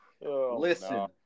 Listen